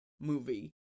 movie